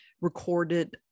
recorded